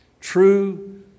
true